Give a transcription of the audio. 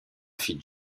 fit